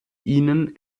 ihnen